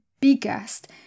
biggest